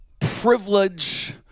privilege